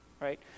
right